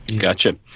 Gotcha